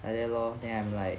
like that lor then I'm like